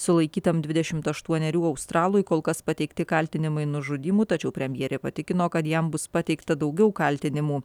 sulaikytam dvidešimt aštuonerių australui kol kas pateikti kaltinimai nužudymu tačiau premjerė patikino kad jam bus pateikta daugiau kaltinimų